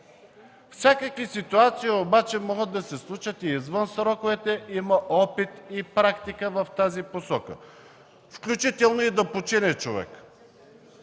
Всякакви ситуации обаче могат да се случат и извън сроковете. Има опит и практика в тази посока, включително и да почине човек.